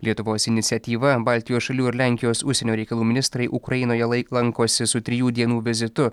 lietuvos iniciatyva baltijos šalių ir lenkijos užsienio reikalų ministrai ukrainoje laiko lankosi su trijų dienų vizitu